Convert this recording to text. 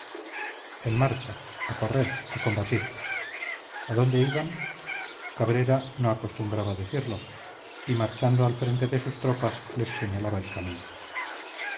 en marcha a correr a combatir a dónde iban cabrera no acostumbraba decirlo y marchando al frente de sus tropas les señalaba el camino